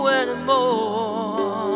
anymore